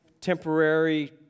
temporary